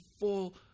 full